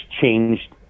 changed